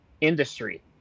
industry